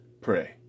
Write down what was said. pray